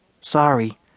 Sorry